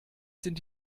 sind